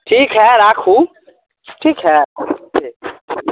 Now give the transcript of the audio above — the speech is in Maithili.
ठीक हए राखू ठीक हए